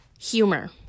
Humor